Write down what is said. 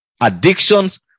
addictions